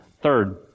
Third